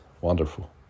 wonderful